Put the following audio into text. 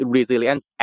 Resilience